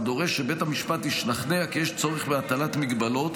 הוא דורש כי בית המשפט ישתכנע כי יש צורך בהטלת מגבלות